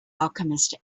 alchemist